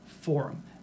Forum